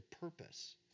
purpose